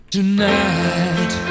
Tonight